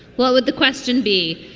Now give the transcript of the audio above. what would the question be?